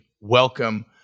welcome